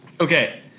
Okay